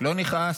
לא נכעס.